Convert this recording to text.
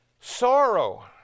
Sorrow